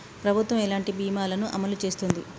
ప్రభుత్వం ఎలాంటి బీమా ల ను అమలు చేస్తుంది?